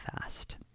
fast